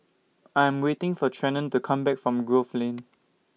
I Am waiting For Trenton to Come Back from Grove Lane